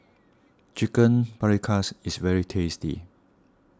Chicken Paprikas is very tasty